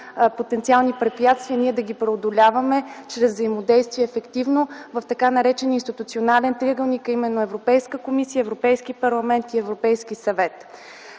потенциални препятствия ние да ги преодоляваме чрез взаимодействие ефективно в така наречения институционален триъгълник, а именно Европейска комисия - Европейски парламент и Европейски съвет.